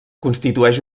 constitueix